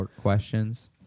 questions